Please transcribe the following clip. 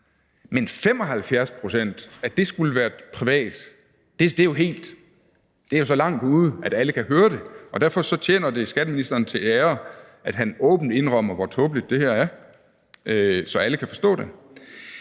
Men at 75 pct. skulle være et privat gode, er jo så langt ude, at alle kan høre det, og derfor tjener det skatteministeren til ære, at han åbent indrømmer, hvor tåbeligt det her er, så alle kan forstå det.